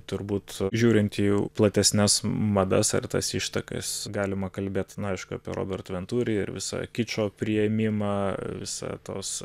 turbūt žiūrint į platesnes madas ar tas ištakas galima kalbėt aišku apie robertą venturį ir visa kičo priėmimą visa tos